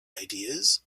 ideas